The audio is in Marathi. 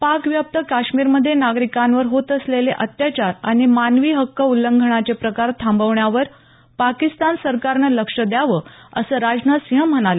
पाकव्याप्त काश्मीरमध्ये नागरिकांवर होत असलेले अत्याचार आणि मानवी हक्क उल्लंघनाचे प्रकार थांबवण्यावर पाकिस्तान सरकारनं लक्ष द्यावं असं राजनाथसिंह म्हणाले